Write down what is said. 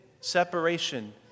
separation